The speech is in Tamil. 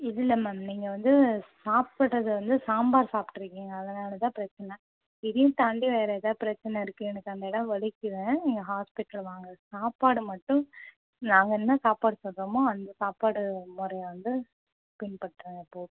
இல்லை மேம் நீங்கள் வந்து சாப்பிட்டது வந்து சாம்பார் சாப்பிட்ருக்கீங்க அதனால் தான் பிரச்சின இதையும் தாண்டி வேறு எதாவது பிரச்சின இருக்குது எனக்கு அந்த இடம் வலிக்குதுனால் நீங்கள் ஹாஸ்பிட்டல் வாங்க சாப்பாடு மட்டும் நாங்கள் என்ன சாப்பாடு சொல்கிறோமோ அந்த சாப்பாடு முறைய வந்து பின்பற்றுங்கள் போதும்